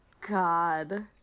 God